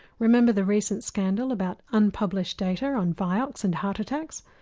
remember the recent scandal about unpublished data on vioxx and heart attacks?